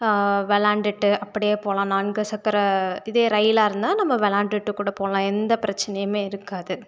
விளாண்டுட்டு அப்படியே போகலாம் நான்கு சக்கர இதே ரயிலாக இருந்தால் நம்ம விளாண்டுட்டு கூட போகலாம் எந்த பிரச்சினையுமே இருக்காது